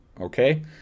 Okay